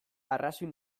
arrazoi